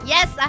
Yes